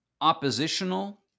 oppositional